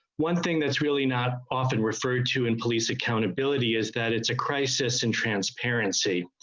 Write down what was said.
one thing that's really not often referred to in police accountability is that it's a crisis in transparency.